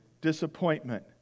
disappointment